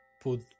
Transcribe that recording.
put